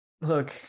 look